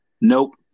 Nope